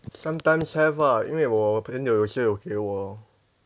sometimes have ah 因为我朋友有些有给我